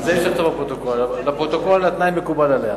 זה, לפרוטוקול, התנאי מקובל עליה.